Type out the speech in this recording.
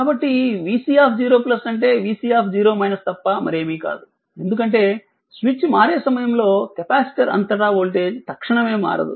కాబట్టి vC0 అంటే vC తప్ప మరేమీ కాదు ఎందుకంటే స్విచ్ మారే సమయంలో కెపాసిటర్ అంతటా వోల్టేజ్ తక్షణమే మారదు